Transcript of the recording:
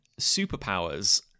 superpowers